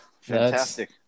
Fantastic